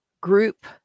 group